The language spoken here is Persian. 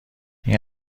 این